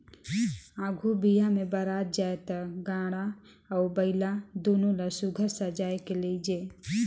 आघु बिहा मे बरात जाए ता गाड़ा अउ बइला दुनो ल सुग्घर सजाए के लेइजे